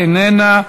איננה.